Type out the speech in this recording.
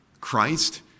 Christ